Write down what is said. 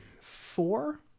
four